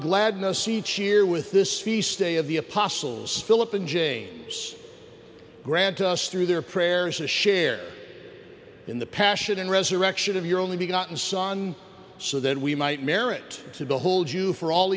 gladness each year with this feast day of the apostles philip and james grant us through their prayers to share in the passion and resurrection of your only begotten son so that we might merit to the whole jew for all